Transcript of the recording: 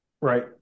Right